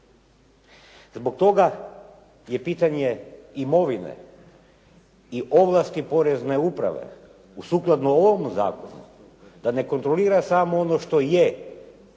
Zbog toga je pitanje imovine i ovlasti Porezne uprave sukladno ovom zakonu, da nekontrolira samo ono što je